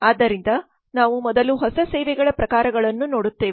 ಆದ್ದರಿಂದ ನಾವು ಮೊದಲು ಹೊಸ ಸೇವೆಗಳ ಪ್ರಕಾರಗಳನ್ನು ನೋಡುತ್ತೇವೆ